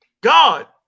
God